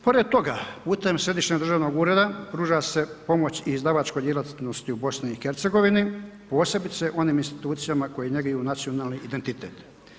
Pored toga putem središnjeg državnog ureda pruža se pomoć i izdavačkoj djelatnosti u BiH, posebice onim institucijama koje njeguju nacionalni identitet.